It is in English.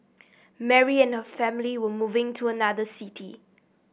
Mary and her family were moving to another city